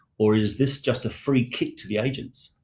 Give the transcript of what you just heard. or is this just a free-kick to the agents?